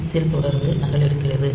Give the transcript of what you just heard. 6 இல் தொடர்ந்து நகலெடுக்கிறது